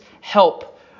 help